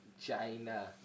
China